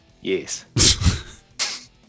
Yes